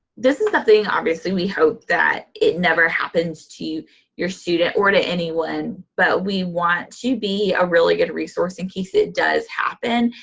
this is something obviously we hope that it never happens to your student or to anyone, but we want to be a really good resource in case it does happen.